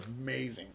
amazing